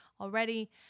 already